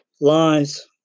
Lies